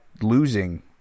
losing